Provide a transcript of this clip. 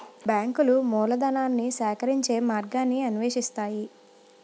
బ్యాంకులు మూలధనాన్ని సేకరించే మార్గాన్ని అన్వేషిస్తాయి